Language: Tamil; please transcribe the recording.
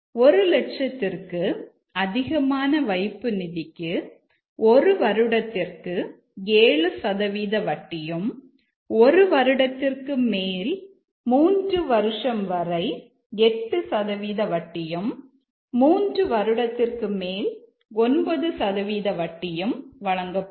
1 லட்சத்திற்கு அதிகமான வைப்பு நிதிக்கு 1 வருடத்திற்கு 7 சதவீத வட்டியும் 1 வருடத்திற்கு மேல் 3 வருஷம் வரை 8 சதவீத வட்டியும் 3 வருடத்திற்கு மேல் 9 சதவீத வட்டியும் வழங்கப்படும்